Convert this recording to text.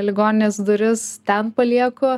ligoninės duris ten palieku